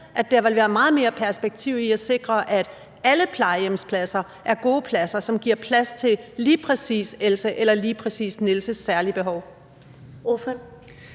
at der ville være meget mere perspektiv i at sikre, at alle plejehjemspladser er gode pladser, som giver plads til lige præcis Elses eller lige præcis Niels' særlige behov?